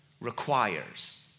requires